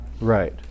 Right